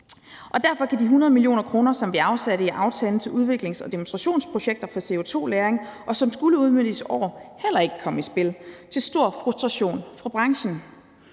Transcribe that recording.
Og derfor kan de 100 mio. kr., som vi afsatte i aftalen til udviklings- og demonstrationsprojekter for CO2-lagring, og som skulle udmøntes i år, heller ikke komme i spil til stor frustration for branchen.